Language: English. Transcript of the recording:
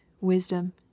wisdom